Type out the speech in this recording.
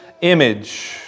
image